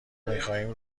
میخواهیم